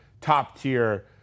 top-tier